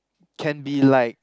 can be like